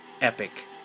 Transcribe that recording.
epic